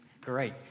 Great